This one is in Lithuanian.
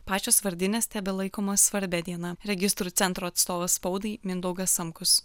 pačios vardinės tebelaikomos svarbia diena registrų centro atstovas spaudai mindaugas sankus